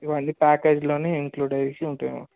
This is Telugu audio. ఇవన్నీ ప్యాకేజ్లో ఇంక్లూడ్ అయ్యి ఉంటాయి మ్యామ్